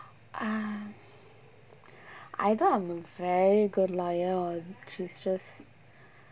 ah either I'm a very good liar or she's just